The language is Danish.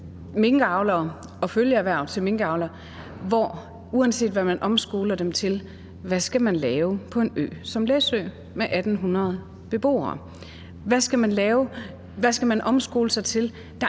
ansatte i følgeerhverv til minkavlere, hvor man, uanset hvad man vil omskole dem til, kan spørge: Hvad skal man lave på en ø som Læsø med 1.800 beboere? Hvad skal man lave? Hvad skal man omskole sig til?